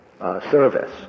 service